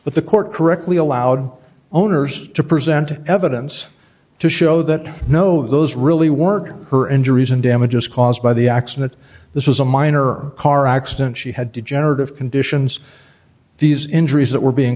but the court correctly allowed owners to present evidence to show that no those really work her injuries and damages caused by the accident this was a minor car accident she had degenerative conditions these injuries that were being